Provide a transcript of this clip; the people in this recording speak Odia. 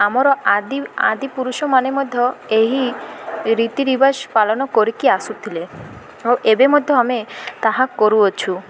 ଆମର ଆଦି ଆଦିପୁରୁଷମାନେ ମଧ୍ୟ ଏହି ରୀତି ରିବାଜ ପାଳନ କରିକି ଆସୁଥିଲେ ଓ ଏବେ ମଧ୍ୟ ଆମେ ତାହା କରୁଅଛୁ